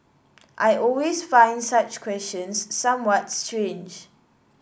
I always find such questions somewhat strange